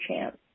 chance